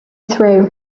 through